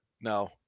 No